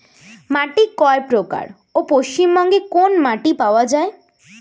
মাটি কয় প্রকার ও পশ্চিমবঙ্গ কোন মাটি পাওয়া য়ায়?